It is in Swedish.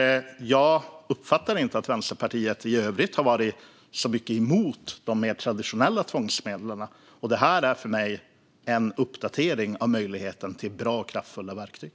Jag uppfattar inte att Vänsterpartiet i övrigt har varit så kraftigt emot de mer traditionella tvångsmedlen, och detta är för mig en uppdatering av möjligheten till bra och kraftfulla verktyg.